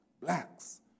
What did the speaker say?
blacks